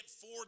four